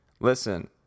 Listen